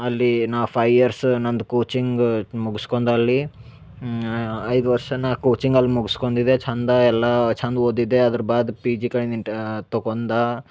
ಅಲ್ಲಿ ನಾ five years ನಂದು ಕೋಚಿಂಗ್ ಮುಗುಸ್ಕೊಂದ ಅಲ್ಲಿ ಐದು ವರ್ಷ ನಾ ಕೋಚಿಂಗ್ ಅಲ್ಲಿ ಮುಗುಸ್ಕೊಂಡಿದೆ ಚಂದ ಎಲ್ಲಾ ಚಂದ್ ಓದಿದೆ ಅದ್ರ ಬಾದ್ ಪಿ ಜಿ ಕಡೆ ನಿಂಟಾ ತಗೊಂದಾ